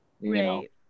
Right